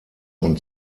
und